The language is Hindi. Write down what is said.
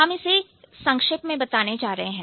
हम इसे संक्षेप में बताने जा रहे हैं